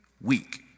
week